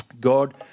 God